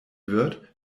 wird